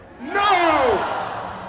no